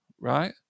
right